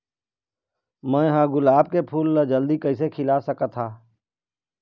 मैं ह गुलाब के फूल ला जल्दी कइसे खिला सकथ हा?